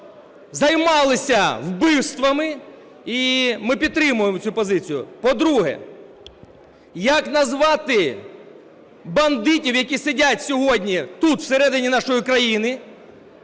займалися вбивствами і ми підтримуємо цю позицію. По-друге. Як назвати бандитів, які сидять сьогодні тут всередині нашої країни